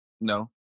No